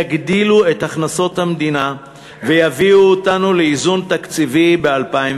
יגדילו את הכנסות המדינה ויביאו אותנו לאיזון תקציבי ב-2015,